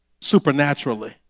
Supernaturally